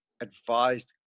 advised